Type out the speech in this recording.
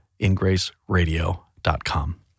ingraceradio.com